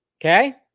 Okay